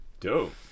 dope